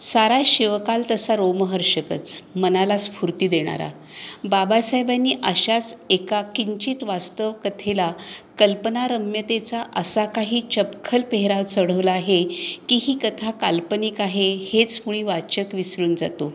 सारा शिवकाल तसा रोमहर्षकच मनाला स्फुर्ती देणारा बाबासाहेबांनी अशाच एका किंचित वास्तवकथेला कल्पनारम्यतेचा असा काही चपखल पेहराव चढवला आहे की ही कथा काल्पनिक आहे हेच मुळी वाचक विसरून जातो